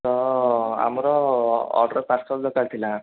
ତ ଆମର order parcel ଦରକାର ଥିଲା